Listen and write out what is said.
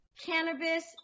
cannabis